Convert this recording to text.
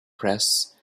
press